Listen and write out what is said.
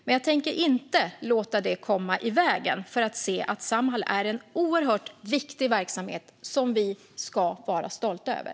Men jag tänker inte låta det komma i vägen för att se att Samhall är en oerhört viktig verksamhet som vi ska vara stolta över.